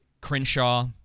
Crenshaw